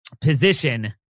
position